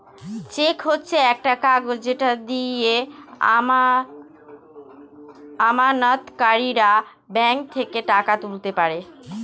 check হচ্ছে একটা কাগজ যেটা দিয়ে আমানতকারীরা ব্যাঙ্ক থেকে টাকা তুলতে পারে